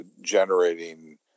generating